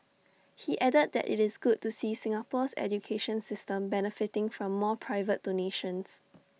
he added that IT is good to see Singapore's education system benefiting from more private donations